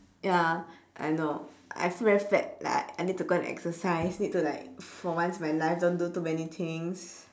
ya I know I feel very fat like I need to go and exercise need to like for once in my life don't do too many things